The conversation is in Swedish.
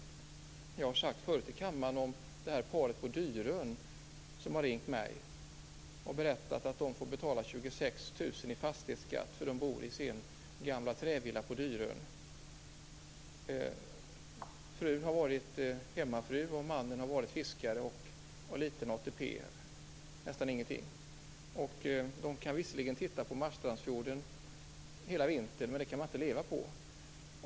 Jag har tidigare här i kammaren nämnt paret på Dyrön som har ringt mig och berättat att de får betala 26 000 kr i fastighetsskatt för att de bor i sin gamla trävilla på Dyrön. Frun har varit hemmafru, mannen har varit fiskare. De har liten ATP, nästan ingenting. De kan visserligen titta på Marstrandsfjorden hela vinter, men det kan man inte leva på.